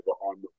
on